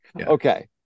Okay